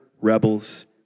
rebels